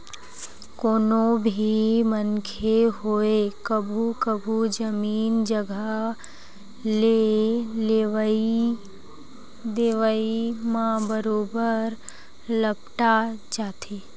कोनो भी मनखे होवय कभू कभू जमीन जघा के लेवई देवई म बरोबर लपटा जाथे